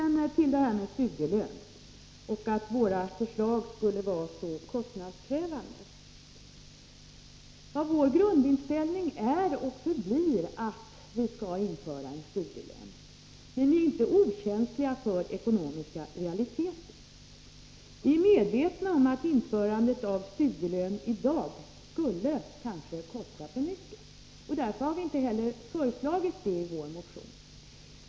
När det gäller studielön och att våra förslag skulle vara så kostnadskrävande är och förblir vår grundinställning att vi skall införa en studielön, men vi är inte okänsliga för ekonomiska realiteter. Vi är medvetna om att införandet av studielön i dag kanske skulle kosta för mycket, och därför har vi inte heller föreslagit det i vår motion.